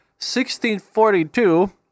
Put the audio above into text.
1642